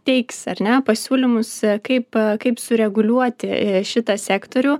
teiks ar ne pasiūlymus kaip kaip sureguliuoti šitą sektorių